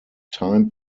time